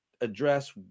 address